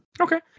Okay